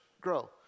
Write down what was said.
grow